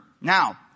Now